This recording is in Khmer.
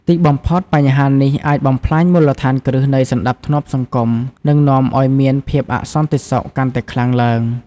ទីបំផុត បញ្ហានេះអាចបំផ្លាញមូលដ្ឋានគ្រឹះនៃសណ្តាប់ធ្នាប់សង្គម និងនាំឱ្យមានភាពអសន្តិសុខកាន់តែខ្លាំងឡើង។